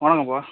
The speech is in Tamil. வணக்கம்பா